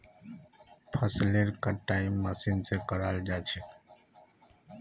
फसलेर कटाई मशीन स कराल जा छेक